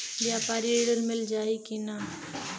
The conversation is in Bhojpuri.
व्यापारी ऋण मिल जाई कि ना?